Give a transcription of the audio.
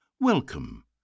Welcome